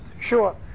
Sure